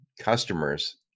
customers